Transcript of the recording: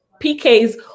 PKs